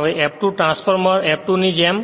હવે F2 transformer F2 ની જેમ